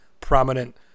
prominent